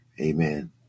Amen